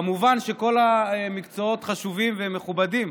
כמובן שכל המקצועות חשובים ומכובדים,